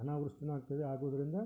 ಅನಾವೃಷ್ಟಿಯೂ ಆಗ್ತದೆ ಆಗೋದ್ರಿಂದ